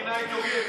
מי מינה את יוגב?